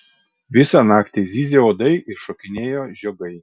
visą naktį zyzė uodai ir šokinėjo žiogai